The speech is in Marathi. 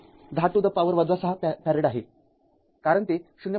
११० to the power ६ फॅरेड आहे कारण ते ०